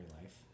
life